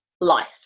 life